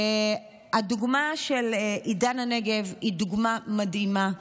הדוגמה של עידן הנגב היא דוגמה מדהימה.